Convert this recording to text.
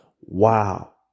wow